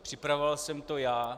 Připravoval jsem to já.